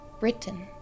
written